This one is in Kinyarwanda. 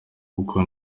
kuko